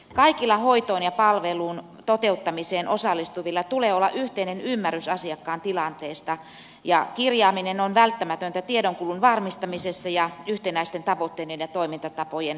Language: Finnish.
kaikilla hoidon ja palvelun toteuttamiseen osallistuvilla tulee olla yhteinen ymmärrys asiakkaan tilanteesta ja kirjaaminen on välttämätöntä tiedonkulun varmistamisessa ja yhtenäisten tavoitteiden ja toimintatapojen luomisessa